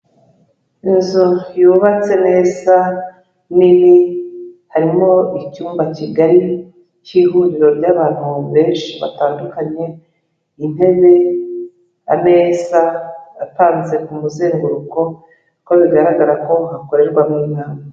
Inzu yubatse neza nini, harimo icyumba kigari k'ihuriro ry'abantu benshi batandukanye, intebe, ameza apanze ku muzenguruko, kuko bigaragara ko hakorerwamo inama.